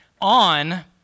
on